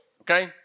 okay